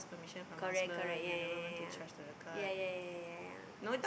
correct correct ya ya ya ya ya ya ya ya ya ya